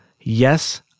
Yes